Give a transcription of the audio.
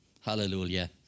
hallelujah